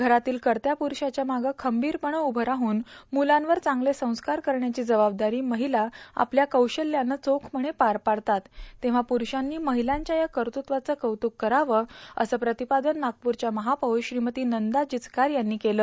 घरातील कर्त्या पुरूषाच्या मागं खंबीरपणं उभं राहून मुलांवर चांगले संस्कार करण्याची जबाबदारी महिला आपल्या कौशल्यानं चोखपणं पार पाडतात तेव्हा पुरूषांनी महिलांच्या या कर्तृत्वाचं आजच्या दिवशी कौतुक करावं असं प्रतिपादन नागपूरच्या महापौर श्रीमती नंदा जिचकार यांनी केलं